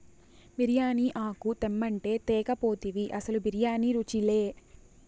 బిర్యానీ ఆకు తెమ్మంటే తేక పోతివి అసలు బిర్యానీ రుచిలే